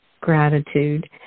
gratitude